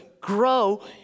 grow